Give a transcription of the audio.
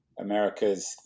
america's